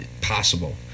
possible